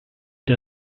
der